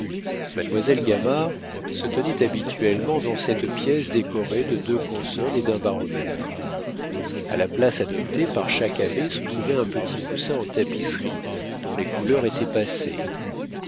mademoiselle gamard se tenait habituellement dans cette pièce décorée de deux consoles et d'un baromètre a la place adoptée par chaque abbé se trouvait un petit coussin en tapisserie dont les couleurs étaient passées